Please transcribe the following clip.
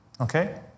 Okay